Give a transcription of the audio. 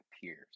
peers